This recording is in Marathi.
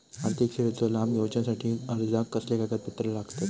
आर्थिक सेवेचो लाभ घेवच्यासाठी अर्जाक कसले कागदपत्र लागतत?